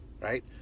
right